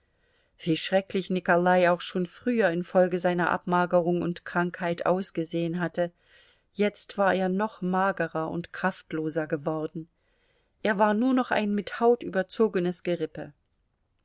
wie schrecklich nikolai auch schon früher infolge seiner abmagerung und krankheit ausgesehen hatte jetzt war er noch magerer und kraftloser geworden er war nur noch ein mit haut überzogenes gerippe